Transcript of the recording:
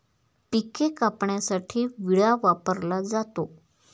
पिके कापण्यासाठी विळा वापरला जातो